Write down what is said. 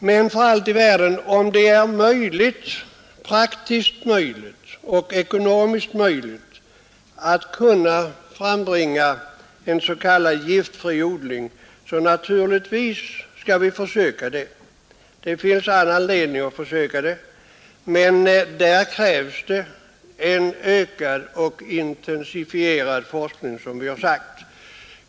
Men, för allt i världen, om det är praktiskt och ekonomiskt möjligt att frambringa en s.k. ”giftfri odling” bör vi naturligtvis försöka det, men där krävs det en ökad och intensifierad forskning, så som vi har sagt.